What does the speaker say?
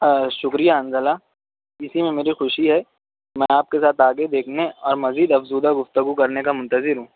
شکریہ حنظلہ اسی میں مجھے خوشی ہے میں آپ کے ساتھ آگے دیکھنے اور مزید افزودہ گفتگو کرنے کا منتظر ہوں